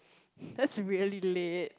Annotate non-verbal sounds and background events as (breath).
(breath) that's really late